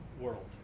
world